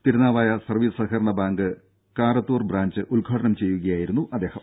Thirunavaya service സഹകരണ bank Karanthur branch ഉദ്ഘാടനം ചെയ്യുകയായിരുന്നു അദ്ദേഹം